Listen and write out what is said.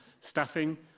Staffing